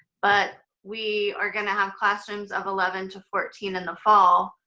but we are gonna have classrooms of eleven to fourteen in the fall,